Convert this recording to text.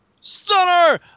Stunner